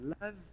love